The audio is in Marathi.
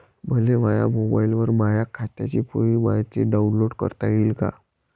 मले माह्या मोबाईलवर माह्या खात्याची पुरी मायती डाऊनलोड करता येते का?